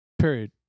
Period